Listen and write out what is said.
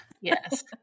yes